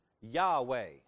Yahweh